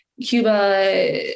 Cuba